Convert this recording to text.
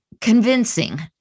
convincing